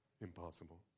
Impossible